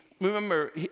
remember